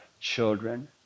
children